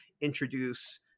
introduce